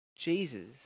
Jesus